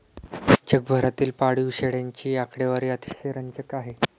जगभरातील पाळीव शेळ्यांची आकडेवारी अतिशय रंजक आहे